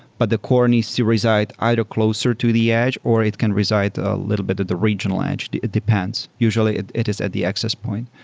but the core needs to reside either closer to the edge or it can resides a little bit at the regional edge. it depends. usually it it is at the access point.